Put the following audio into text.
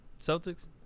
Celtics